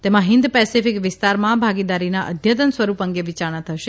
તેમાં હિન્દ પેસેફિક વિસ્તારમાં ભાગીદારીના અદ્યતન સ્વરૂપ અંગે વિચારણા થશે